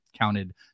Counted